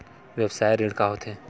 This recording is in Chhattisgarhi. व्यवसाय ऋण का होथे?